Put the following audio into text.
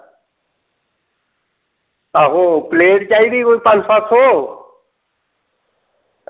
आहो प्लेट चाहिदी ही कोई पंज सत्त सौ